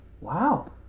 Wow